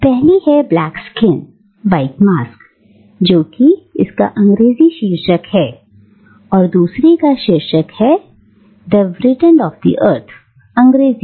पहली है black skin white mask जो कि इसका अंग्रेजी शीर्षक है और दूसरी का शीर्षक है the wretched of the earth अंग्रेजी में